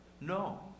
No